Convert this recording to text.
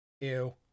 Ew